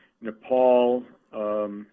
Nepal